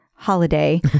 Holiday